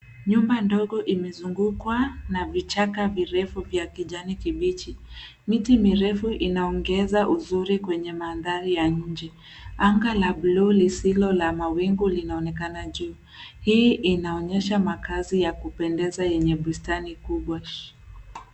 Nyumba ndogo imezungukwa na vichaka virefu vya kijani kibichi. Miti mirefu inaongeza uzuri kwenye manthari ya nje. Anga la buluu lisilo la mawingu linaonekana juu. Hii inaonyesha makazi ya kupendeza yenye bustani kubwa.